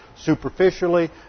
Superficially